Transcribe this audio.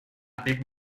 big